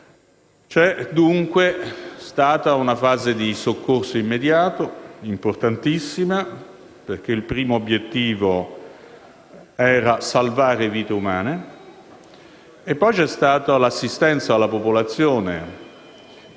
dunque, una fase di soccorso immediato importantissima, perché il primo obiettivo era salvare vite umane. Poi, c'è stata l'assistenza alla popolazione